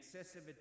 excessive